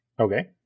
Okay